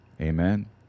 Amen